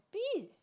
happy